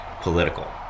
political